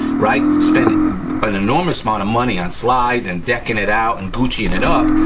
right, spend but an enormous amount of money on slides and decking it out and guccing and it up,